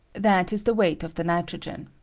that is the weight of the nitrogen.